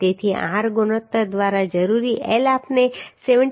તેથી r ગુણોત્તર દ્વારા જરૂરી L આપણે 74